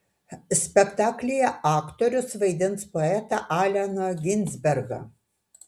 spektaklyje aktorius vaidins poetą alleną ginsbergą